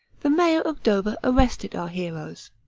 the mayor of dover arrested our heroes.